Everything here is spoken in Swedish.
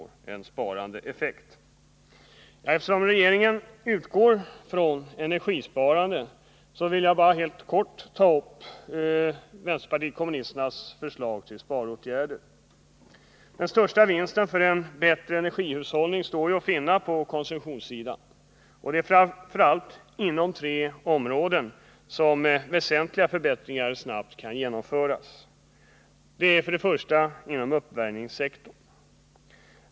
Eftersom regeringen utgår från energisparande vill jag helt kort ta upp vpk:s förslag till sparåtgärder. Den största vinsten för en bättre energihushållning står att finna på konsumtionssidan. Det är framför allt inom tre områden som väsentliga förbättringar snabbt kan genomföras. Till att börja med gäller det uppvärmningssektorn.